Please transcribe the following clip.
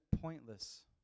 pointless